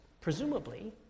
presumably